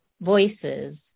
voices